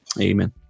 Amen